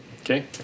Okay